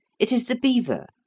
it is the beaver,